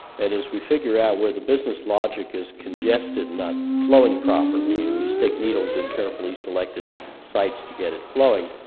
that is we figure out where the business logic is congested, not flowing properly, and we stick needles in carefully selected sites to get it flowing.